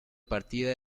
partida